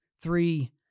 three